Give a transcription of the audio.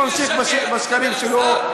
ממשיך בשקרים שלו.